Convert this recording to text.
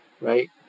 right